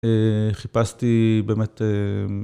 חיפשתי באמת.